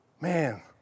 man